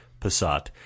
Passat